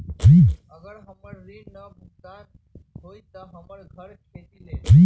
अगर हमर ऋण न भुगतान हुई त हमर घर खेती लेली?